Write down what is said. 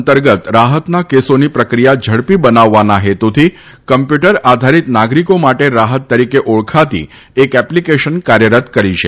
અંતર્ગત રાહતના કેસોની પ્રક્રિયા ઝડપી બનાવવાના હેતુથી કમ્પ્યુટર આધારિત નાગરિકો માટે રાહત તરીકે ઓળખાતી એક એપ્લીકેશન કાર્યરત કરી છે